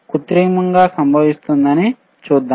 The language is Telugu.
కృత్రిమంగా సంభవిస్తుందని చూద్దాం